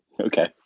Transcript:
Okay